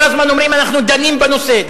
כל הזמן אומרים: אנחנו דנים בנושא,